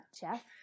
Jeff